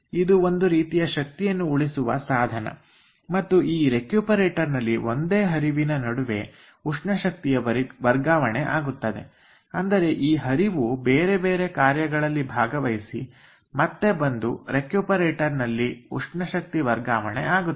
ಇದು ಒಂದು ರೀತಿಯ ಶಕ್ತಿಯನ್ನು ಉಳಿಸುವ ಸಾಧನ ಮತ್ತು ಈ ರೆಕ್ಯೂಪರೇಟರ್ ನಲ್ಲಿ ಒಂದೇ ಹರಿವಿನ ನಡುವೆ ಉಷ್ಣಶಕ್ತಿ ವರ್ಗಾವಣೆ ಆಗುತ್ತದೆ ಅಂದರೆ ಈ ಹರಿವು ಬೇರೆಬೇರೆ ಕಾರ್ಯಗಳಲ್ಲಿ ಭಾಗವಹಿಸಿ ಮತ್ತೆ ಬಂದು ರೆಕ್ಯೂಪರೇಟರ್ ನಲ್ಲಿ ಉಷ್ಣಶಕ್ತಿ ವರ್ಗಾವಣೆ ಆಗುತ್ತದೆ